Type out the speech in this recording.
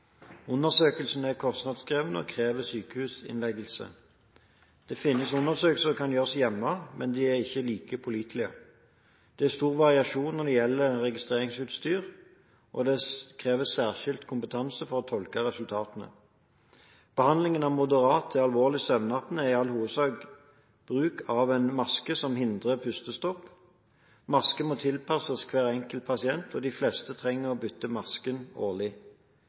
Undersøkelsene er kostnadskrevende og krever sykehusinnleggelse. Det finnes undersøkelser som kan gjøres hjemme, men de er ikke like pålitelige. Det er stor variasjon når det gjelder registreringsutstyr, og det kreves særskilt kompetanse for å tolke resultatene. Behandlingen av moderat til alvorlig søvnapné er i all hovedsak bruk av en maske som hindrer pustestopp. Masken må tilpasses hver enkelt pasient, og de fleste trenger å bytte masken årlig.